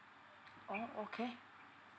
oh okay